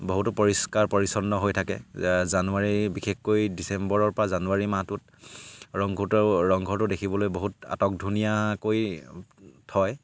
বহুতো পৰিষ্কাৰ পৰিচ্ছন্ন হৈ থাকে জানুৱাৰী বিশেষকৈ ডিচেম্বৰৰ পৰা জানুৱাৰী মাহটোত ৰংঘৰটো ৰংঘৰটো দেখিবলৈ বহুত আটকধুনীয়া কৰি থয়